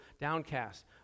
downcast